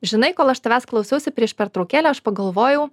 žinai kol aš tavęs klausausi prieš pertraukėlę aš pagalvojau